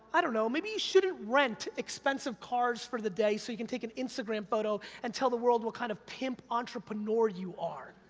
i don't know, maybe you shouldn't rent expenive cars for the day, so you can take an instagram photo and tell the world what kind of pimp entrepreneur you are.